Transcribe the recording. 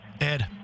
Ed